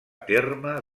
terme